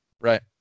Right